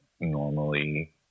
normally